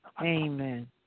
Amen